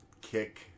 Kick